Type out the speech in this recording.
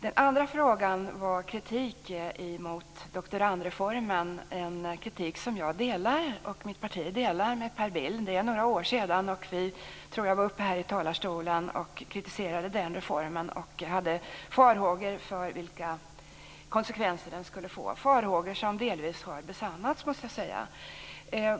Den andra frågan gällde kritik mot doktorandreformen, en kritik som jag och mitt parti delar med Per Bill. Det är några år sedan, tror jag, som vi var uppe här i talarstolen och kritiserade den reformen. Då hade vi farhågor för vilka konsekvenser den skulle få. Dessa farhågor har delvis besannats, måste jag säga.